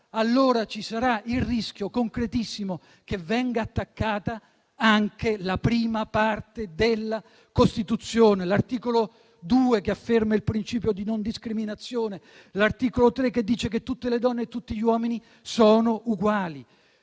allora ci sarà il rischio concretissimo che venga attaccata anche la prima parte della Costituzione: l'articolo 2, che afferma il principio di non discriminazione; l'articolo 3 che dice che tutte le donne e tutti gli uomini sono uguali.